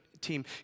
team